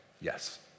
yes